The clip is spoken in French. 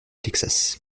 texas